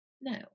no